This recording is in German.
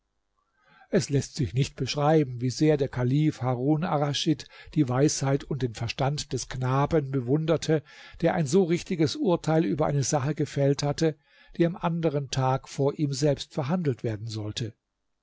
es läßt sich nicht beschreiben wie sehr der kalif harun arraschid die weisheit und den verstand des knaben bewunderte der ein so richtiges urteil über eine sache gefällt hatte die am anderen tag vor ihm selbst verhandelt werden sollte